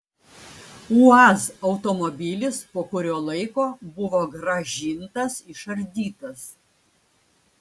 uaz automobilis po kurio laiko buvo grąžintas išardytas